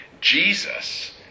Jesus